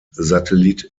satellit